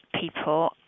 people